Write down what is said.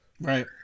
Right